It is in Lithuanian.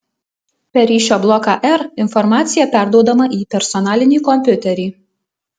per ryšio bloką r informacija perduodama į personalinį kompiuterį